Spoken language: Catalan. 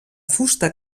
fusta